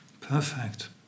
Perfect